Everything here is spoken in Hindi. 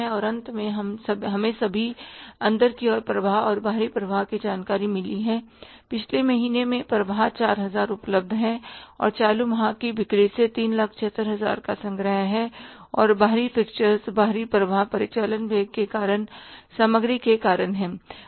अब अंत में हमें सभी अंदर की ओर प्रवाह और बाहरी प्रवाह की जानकारी मिली है पिछले महीने से प्रवाह 4000 उपलब्ध है और चालू माह की बिक्री से 376000 का संग्रह है और बाहरी फिक्सचर्स बाहरी प्रवाह परिचालन व्यय के कारण सामग्री के कारण है